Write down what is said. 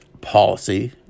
policy